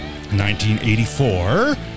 1984